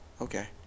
okay